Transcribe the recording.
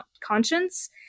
conscience